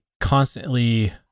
constantly